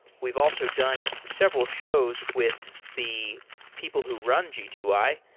we've also done several shows with the people who run g two i,